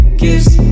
kiss